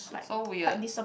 so weird